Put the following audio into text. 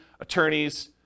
attorneys